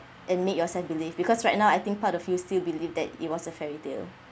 and make yourself believe because right now I think part of you still believe that it was a fairy tale